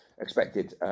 expected